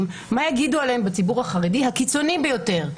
מה יגידו עליהם בציבור החרדי הקיצוני ביותר.